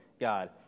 God